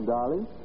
Darling